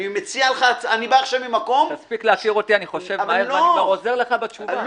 אני בא עכשיו ממקום --- אני עוזר לך בתשובה.